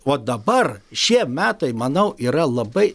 o dabar šie metai manau yra labai